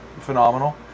phenomenal